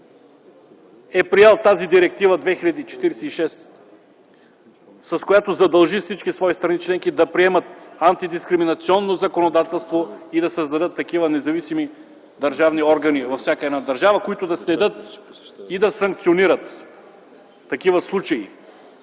е приел тази Директива 2046, с която задължи всички свои страни членки да приемат антидискриминационно законодателство и да създадат такива независими държавни органи във всяка една държава, които да следят и да санкционират такива случаи,